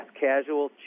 casual